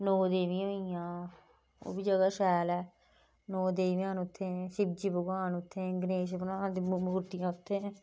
नौ देबियां होई गेइयां ओह् बी जगह् शैल ऐ नौ देबियां न उत्थै शिबजी भगवान उत्थै गणेश भगवान दी मू मूर्तियां उत्थै